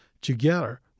Together